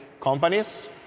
companies